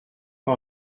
pas